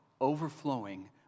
overflowing